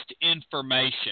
information